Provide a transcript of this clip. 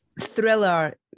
thriller